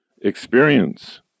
experience